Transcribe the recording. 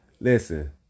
Listen